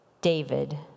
David